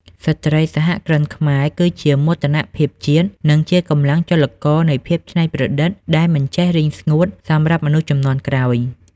ស្ត្រីសហគ្រិនខ្មែរគឺជាមោទនភាពជាតិ និងជាកម្លាំងចលករនៃភាពច្នៃប្រឌិតដែលមិនចេះរីងស្ងួតសម្រាប់មនុស្សជំនាន់ក្រោយ។